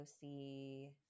see